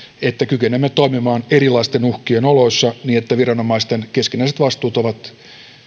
että kykenemme toimimaan erilaisten uhkien oloissa niin että viranomaisten keskinäiset vastuut ovat